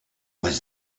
was